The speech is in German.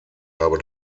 habe